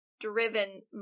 driven